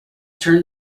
turned